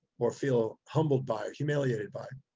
or feel humbled by, humiliated by,